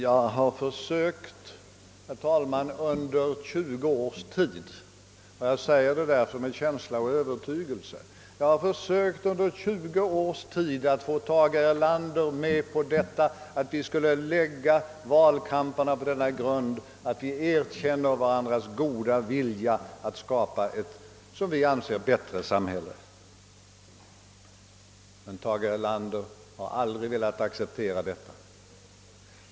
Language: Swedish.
Jag har, herr talman, under 20 års tid — jag talar därför med känsla och övertygelse — försökt att få Tage Erlander med på att vi skulle lägga valkampanjerna på den grunden att vi erkänner varandras goda vilja att skapa ett som vi anser bättre samhälle. Men Tage Erlander har aldrig velat acceptera detta.